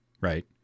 right